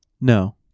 No